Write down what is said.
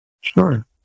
Sure